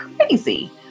crazy